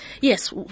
Yes